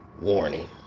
warning